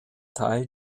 teil